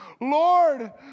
Lord